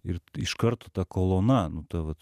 ir iš karto ta kolona nu ta vat